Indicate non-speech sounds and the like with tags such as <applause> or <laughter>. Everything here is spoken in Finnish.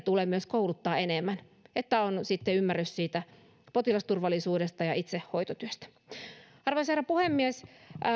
<unintelligible> tulee myös kouluttaa enemmän että on sitten ymmärrys siitä potilasturvallisuudesta ja itse hoitotyöstä arvoisa herra puhemies